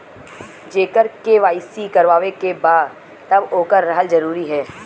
जेकर के.वाइ.सी करवाएं के बा तब ओकर रहल जरूरी हे?